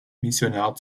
missionar